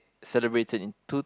celebrated in two